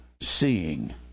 seeing